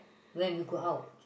when you go out